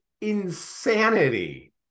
insanity